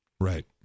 Right